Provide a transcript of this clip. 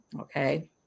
Okay